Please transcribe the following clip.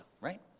right